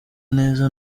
neza